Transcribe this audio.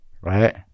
right